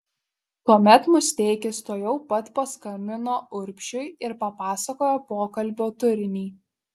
tuomet musteikis tuojau pat paskambino urbšiui ir papasakojo pokalbio turinį